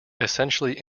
essentially